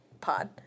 Pod